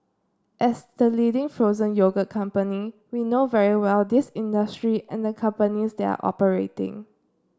as the leading frozen yogurt company we know very well this industry and the companies they are operating